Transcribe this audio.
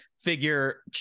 figure